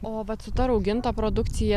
o vat su ta rauginta produkcija